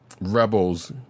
rebels